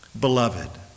beloved